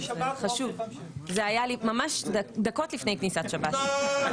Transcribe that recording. זה היה ממש דקות לפני כניסת שבת.